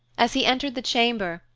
as he entered the chamber,